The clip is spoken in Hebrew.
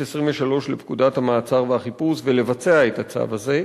23 לפקודת המעצר והחיפוש ולבצע את הצו הזה.